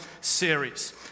series